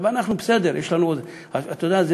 אתה יודע,